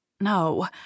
No